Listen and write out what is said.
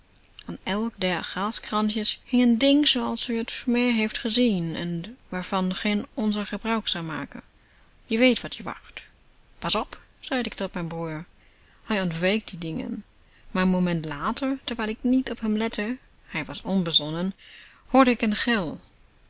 aan elk der gaskraantjes hing n ding zooals u het meer heeft gezien en waarvan geen onzer gebruik zal maken je weet wat je wacht pas op zeide ik tot mijn broer hij ontweek die dingen maar een moment later terwijl ik niet op hem lette hij was onbezonnen hoorde ik een gil